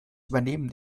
übernehmen